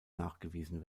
nachgewiesen